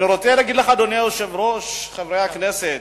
אני רוצה להגיד לך, אדוני היושב-ראש, חברי הכנסת,